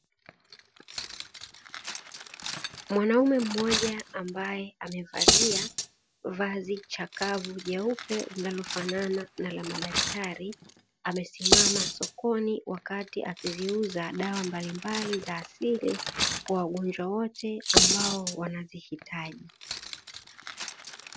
Mwanaume mmoja ambaye amevalia vazi chakavu jeupe linalofanana na la madaktari, amesimama sokoni wakati akiziuza dawa mbalimbali za asili kwa wagonjwa wote ambao wanazihitaji.